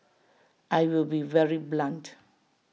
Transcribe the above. I will be very blunt